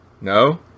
No